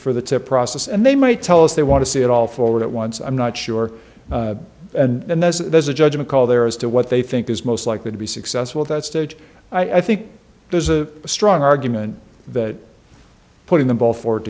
for the to process and they might tell us they want to see it all forward at once i'm not sure and then there's a judgment call there as to what they think is most likely to be successful at that stage i think there's a strong argument that putting the ball forward